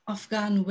Afghan